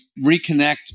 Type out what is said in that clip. reconnect